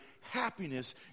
happiness